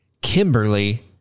Kimberly